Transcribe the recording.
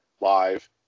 live